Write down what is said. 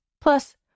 Plus